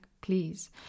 please